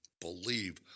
believe